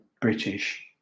British